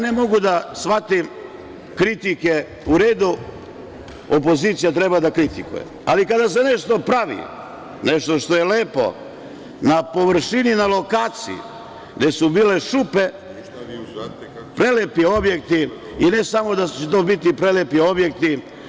Ne mogu da shvatim kritike, u redu opozicija treba da kritikuje, ali kada se nešto pravi, nešto što je lepo na površini, na lokaciji gde su bile šupe, prelepi objekti i ne samo da će to biti prelepi objekti.